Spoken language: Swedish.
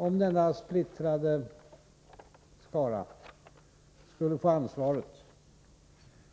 Om denna splittrade skara skulle få ansvaret,